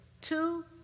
Two